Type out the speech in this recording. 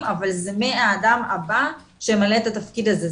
אבל זה מהאדם הבא שימלא את התפקיד הזה.